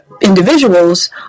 individuals